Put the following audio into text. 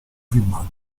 filmati